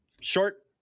short